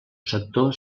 sector